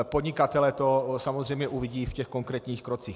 Podnikatelé to samozřejmě uvidí v těch konkrétních krocích.